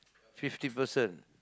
fifty person